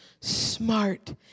smart